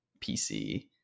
pc